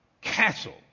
Castle